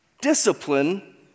discipline